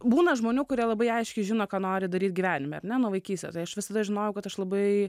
būna žmonių kurie labai aiškiai žino ką nori daryt gyvenime ar ne nuo vaikystės tai aš visada žinojau kad aš labai